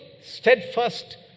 steadfast